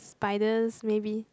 spiders maybe